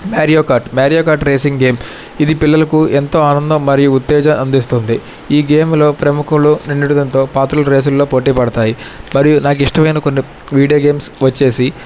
Mario kart Mario kart racing game ఇది పిల్లలకు ఎంతో ఆనందం మరియు ఉత్తేజం అందిస్తుంది ఈ గేమ్లో ప్రముఖులు నిండుడుగంతో పాత్రులు రేసుల్లో పోటీ పడతాయి మరియు నాకు ఇష్టమైన కొన్ని వీడియో గేమ్స్ వచ్చేసి